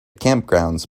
campgrounds